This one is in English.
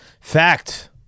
Fact